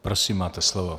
Prosím, máte slovo.